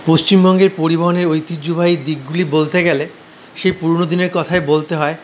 পশ্চিমবঙ্গের পরিবহনের ঐতিহ্যবাহী দিকগুলি বলতে গেলে সেই পুরনো দিনের কথাই বলতে হয়